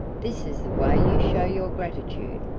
this is the way you show your gratitude,